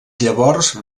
llavors